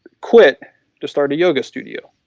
quit to start a yoga studio.